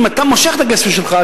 אם אתה מושך את הכסף שלך,